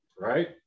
right